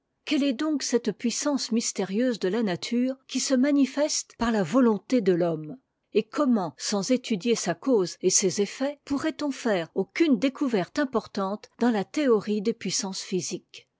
quelle est donc cette puissance mystérieuse de la nature qui se manifeste par la volonté de t'homme et comment sans étudier sa cause et ses effets pourrait-on faire aucune découverte importante dans la théorie des puissances physiques